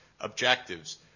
objectives